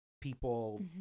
people